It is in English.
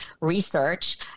research